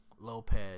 Lopez